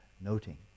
noting